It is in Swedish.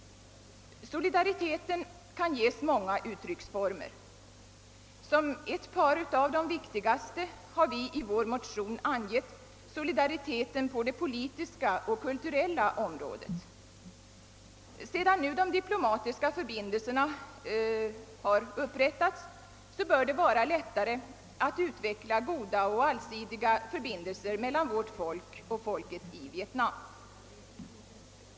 Solidariteten kan ges många uttrycksformer. Som ett par av de viktigaste har vi i vår motion angivit solidaritet på det politiska och kulturella området. Sedan diplomatiska förbindelser nu har upprättats bör det vara lättare att utveckla goda och allsidiga förbindelser mellan vårt folk och folket i Vietnam.